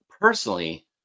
personally